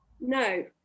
No